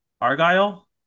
argyle